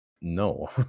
No